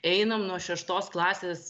einam nuo šeštos klasės